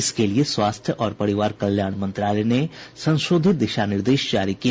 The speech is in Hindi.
इसके लिए स्वास्थ्य और परिवार कल्याण मंत्रालय ने संशोधित दिशा निर्देश जारी किए